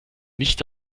nicht